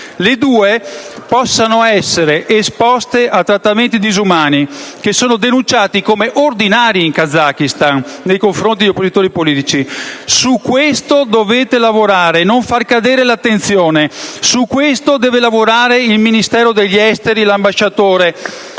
le due possano essere esposte a trattamenti disumani, che sono denunciati come ordinari in Kazakistan nei confronti degli oppositori politici. Su questo dovete lavorare e non far calare l'attenzione; su questo devono lavorare il Ministro degli affari esteri e l'ambasciatore.